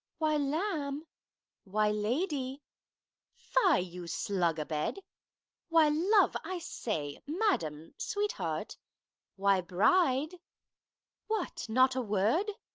why, lamb why, lady fie, you slug-abed why, love, i say madam! sweetheart why, bride what, not a word